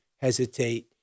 hesitate